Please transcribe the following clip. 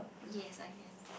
yes I guess